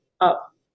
up